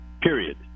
period